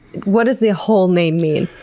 what does the whole name mean?